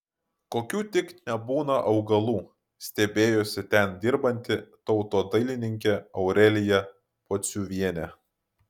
kokių tik nebūna augalų stebėjosi ten dirbanti tautodailininkė aurelija pociuvienė